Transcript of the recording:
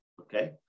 okay